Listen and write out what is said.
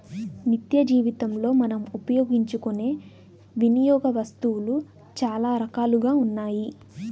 నిత్యజీవనంలో మనం ఉపయోగించుకునే వినియోగ వస్తువులు చాలా రకాలుగా ఉన్నాయి